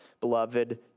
beloved